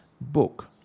book